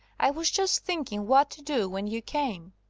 i was just thinking what to do when you came.